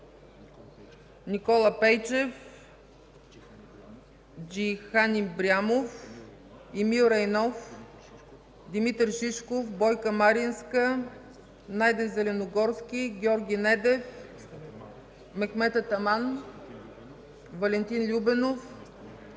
Никола Пейчев, Джейхан Ибрямов, Емил Райнов, Димитър Шишков, Бойка Маринска, Найден Зеленогорски, Георги Недев, Мехмед Атаман, Валентин Любенов